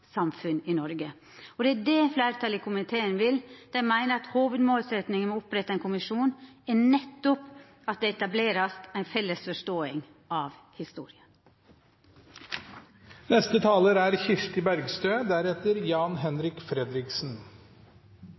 samfunn i Noreg. Det er det fleirtalet i komiteen vil. Dei meiner at hovudmålsetjinga med å oppretta ein kommisjon er nettopp at det skal etablerast ei felles forståing av